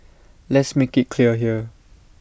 let's make IT clear here